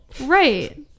right